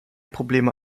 probleme